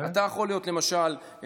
למשל,